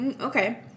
okay